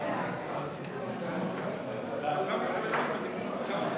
ההצעה להפוך את הצעות